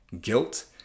guilt